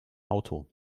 auto